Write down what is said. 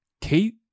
kate